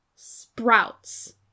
sprouts